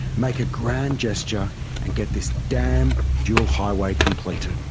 make a grand gesture and get this damn dual highway completed.